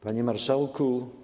Panie Marszałku!